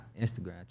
Instagram